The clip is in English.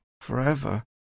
forever